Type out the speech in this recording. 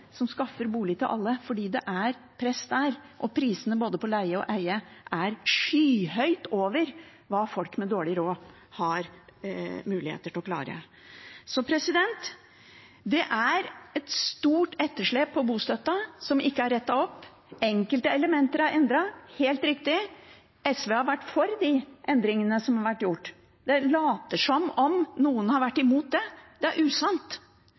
som skaffer bolig til alle, fordi det er press der, og prisene både for å leie og eie er skyhøyt over hva folk med dårlig råd har muligheter til å klare. Det er et stort etterslep på bostøtten som ikke er rettet opp. Enkelte elementer er endret, helt riktig, og SV har vært for de endringene som har vært gjort. Man later som om vi har vært imot det; det er usant.